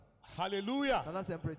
Hallelujah